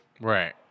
Right